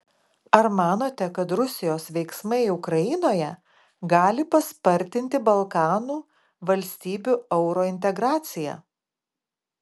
ar manote kad rusijos veiksmai ukrainoje gali paspartinti balkanų valstybių eurointegraciją